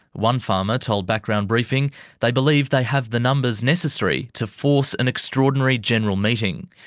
one farmer told background briefing they believed they have the numbers necessary to force an extraordinary general meeting.